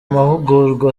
mahugurwa